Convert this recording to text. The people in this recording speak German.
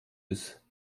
ist